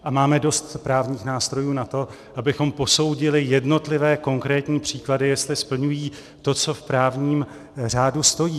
A máme dost právních nástrojů na to, abychom posoudili jednotlivé konkrétní příklady, jestli splňují to, co v právním řádu stojí.